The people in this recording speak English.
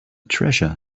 treasure